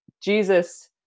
Jesus